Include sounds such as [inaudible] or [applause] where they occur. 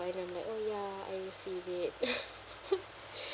I don't like oh ya I receive it [laughs]